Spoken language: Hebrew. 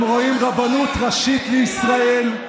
הם רואים שהרבנות הראשית לישראל,